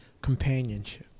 companionship